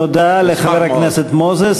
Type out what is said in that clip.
תודה לחבר הכנסת מוזס.